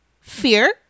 Fear